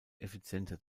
effizienter